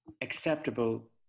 acceptable